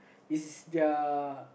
is their